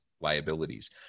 liabilities